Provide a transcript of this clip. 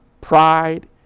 pride